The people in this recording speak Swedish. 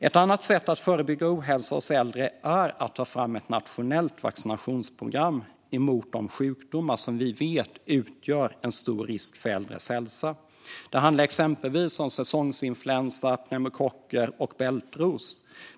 Ett annat sätt att förebygga ohälsa hos äldre är att ta fram ett nationellt vaccinationsprogram mot de sjukdomar som vi vet utgör en stor risk för äldres hälsa. Det handlar exempelvis om säsongsinfluensa, pneumokocker och bältros.